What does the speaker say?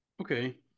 Okay